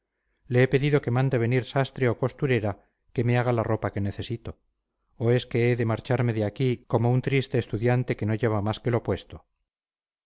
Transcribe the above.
le he pedido que mande venir sastre o costurera que me haga la ropa que necesito o es que he de marcharme así como un triste estudiante que no lleva más que lo puesto